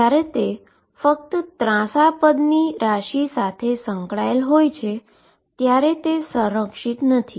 જ્યારે તે ફક્ત ડાયાગોનલ પદની ક્વોન્ટીટી સાથે સંકળાયેલ હોય છે ત્યારે તે કન્ઝર્વડ નથી